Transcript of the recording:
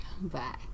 Bye